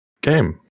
game